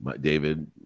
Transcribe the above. David